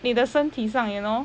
你的身体上 you know